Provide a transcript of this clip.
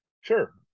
Sure